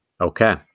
Okay